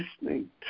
listening